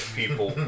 people